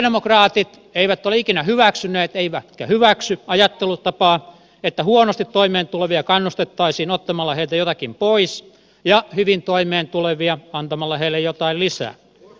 sosialidemokraatit eivät ole ikinä hyväksyneet eivätkä hyväksy ajattelutapaa että huonosti toimeentulevia kannustettaisiin ottamalla heiltä jotakin pois ja hyvin toimeentulevia antamalla heille jotain lisää